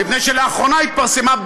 מפני שלאחרונה התפרסמה,